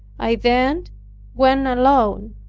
i then went alone,